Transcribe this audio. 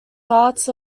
parts